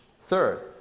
Third